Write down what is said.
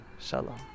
Shalom